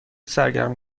سرگرم